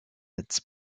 its